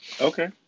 Okay